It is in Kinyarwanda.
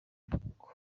morocco